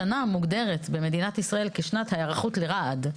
השנה מוגדרת במדינת ישראל כשנת היערכות לרעד.